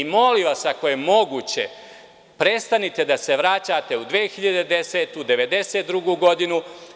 Molim vas, ako je moguće prestanite da se vraćate u 2010, 1992. godinu.